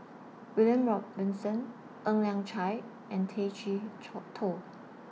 William Robinson Ng Liang Chiang and Tay Chee Toh